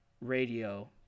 radio